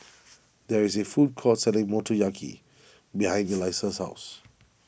there is a food court selling Motoyaki behind Elisa's house